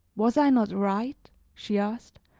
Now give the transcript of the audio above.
was i not right, she asked,